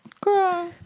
Girl